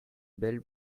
belle